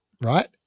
Right